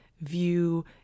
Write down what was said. view